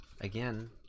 again